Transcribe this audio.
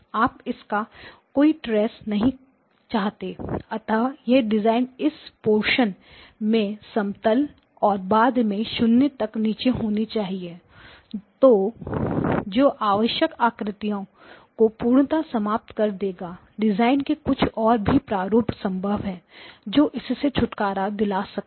आप इसका कोई ट्रेस नहीं चाहते हैं अतः यह डिजाइन इस पोरशन में समतल और बाद में शून्य तक नीची होनी चाहिए जो अनावश्यक आकृतियों को पूर्णता समाप्त कर देगा डिजाइन के कुछ और भी प्रारूप संभव है जो इससे छुटकारा दिला सके